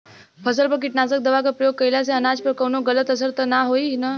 फसल पर कीटनाशक दवा क प्रयोग कइला से अनाज पर कवनो गलत असर त ना होई न?